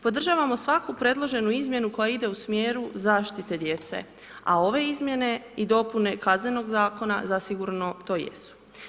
Podržavamo svaku predloženu izmjenu koja ide u smjeru zaštite djece a ove Izmjene i dopune Kaznenog zakona zasigurno to jesu.